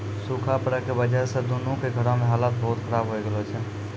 सूखा पड़ै के वजह स दीनू के घरो के हालत बहुत खराब होय गेलो छै